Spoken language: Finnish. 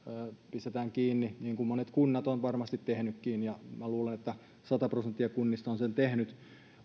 pistetään kiinni niin kuin monet kunnat ovat varmasti tehneetkin minä luulen että sata prosenttia kunnista on sen tehnyt